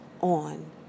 on